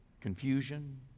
confusion